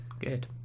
good